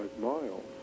miles